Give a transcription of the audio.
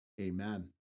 Amen